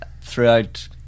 throughout